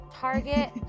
Target